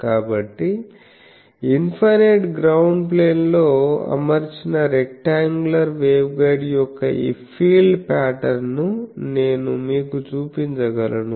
కాబట్టి infinite ground plane లో అమర్చిన రెక్టాంగ్యులర్ వేవ్గైడ్ యొక్క ఈ ఫీల్డ్ ప్యాటర్న్ ను నేను మీకు చూపించగలను